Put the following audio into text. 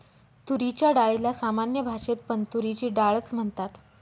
तुरीच्या डाळीला सामान्य भाषेत पण तुरीची डाळ च म्हणतात